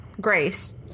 Grace